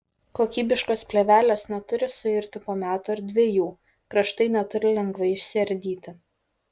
kokybiškos plėvelės neturi suirti po metų ar dviejų kraštai neturi lengvai išsiardyti